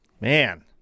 Man